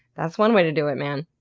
that's one way to do it, man.